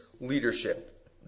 leadership